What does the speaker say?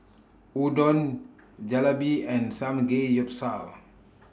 Udon Jalebi and Samgeyopsal